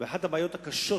ואחת הבעיות הקשות,